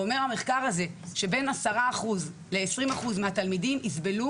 המחקר הזה אומר שבין 10% ל-20% מהתלמידים יסבלו